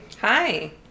hi